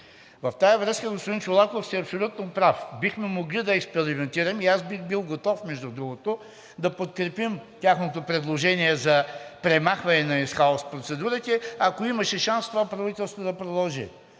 В тази връзка, господин Чолаков, сте абсолютно прав. Бихме могли да експериментираме и аз бих бил готов, между другото, да подкрепим тяхното предложение за премахване на ин хаус процедурите, ако имаше шанс това правителство да продължи.